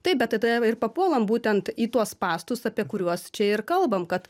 taip bet tada ir papuolam būtent į tuos spąstus apie kuriuos čia ir kalbam kad